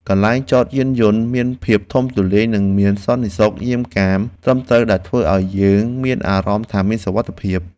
កន្លែងចតយានយន្តមានភាពធំទូលាយនិងមានសន្តិសុខយាមកាមត្រឹមត្រូវដែលធ្វើឱ្យយើងមានអារម្មណ៍ថាមានសុវត្ថិភាព។